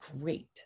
great